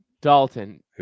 Dalton